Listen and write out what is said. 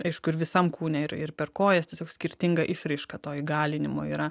aišku ir visam kūne ir ir per kojas tiesiog skirtinga išraiška to įgalinimo yra